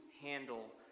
handle